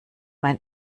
mein